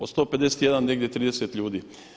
Od 151 negdje 30 ljudi.